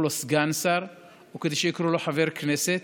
לו סגן שר או כדי שיקראו לו חבר בכנסת.